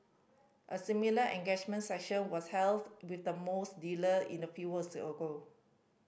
a similar engagement session was held with the mosque leader in a few was ago